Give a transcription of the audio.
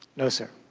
no, sir.